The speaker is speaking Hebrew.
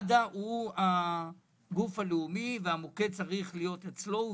מד"א הוא הגוף הלאומי והמוקד צריך להיות אצלו,